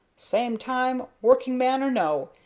same time, working-man or no,